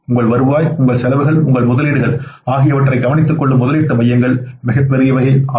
உங்கள் வருவாய் உங்கள் செலவுகள் உங்கள் முதலீடுகள் ஆகியவற்றை கவனித்துக்கொள்ளும் முதலீட்டு மையங்கள் மிகப் பெரியவை ஆகும்